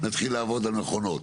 נתחיל לעבוד על מכונות.